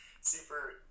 super